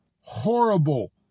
horrible